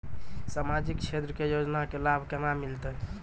समाजिक क्षेत्र के योजना के लाभ केना मिलतै?